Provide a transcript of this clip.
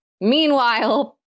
meanwhile